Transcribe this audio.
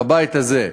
בבית הזה,